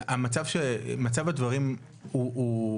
מצב הדברים הוא,